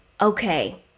Okay